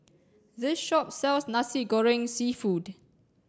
this shop sells Nasi Goreng Seafood